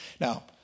Now